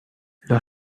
leur